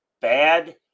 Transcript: bad